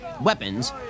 weapons